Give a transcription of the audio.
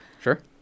Sure